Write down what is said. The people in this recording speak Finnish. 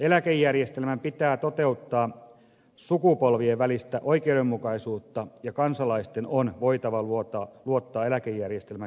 eläkejärjestelmän pitää toteuttaa sukupolvien välistä oikeudenmukaisuutta ja kansalaisten on voitava luottaa eläkejärjestelmän kestävyyteen